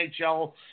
NHL